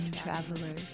travelers